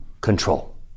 control